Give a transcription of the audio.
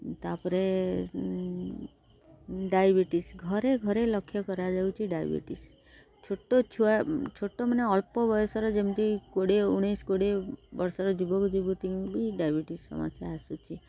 ତାପରେ ଡାଇବେଟିସ୍ ଘରେ ଘରେ ଲକ୍ଷ୍ୟ କରାଯାଉଛି ଡାଇବେଟିସ୍ ଛୋଟ ଛୁଆ ଛୋଟ ମାନେ ଅଳ୍ପ ବୟସର ଯେମିତି କୋଡ଼ିଏ ଉଣେଇଶ କୋଡ଼ିଏ ବର୍ଷର ଯୁବକ ଯୁବତୀଙ୍କୁ ବି ଡାଇବେଟିସ୍ ସମସ୍ୟା ଆସୁଛି